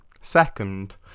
second